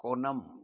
कोणम